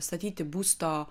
statyti būsto